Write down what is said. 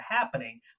happening